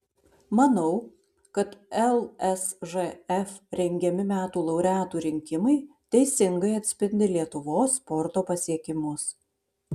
manau kad lsžf rengiami metų laureatų rinkimai teisingai atspindi lietuvos sporto pasiekimus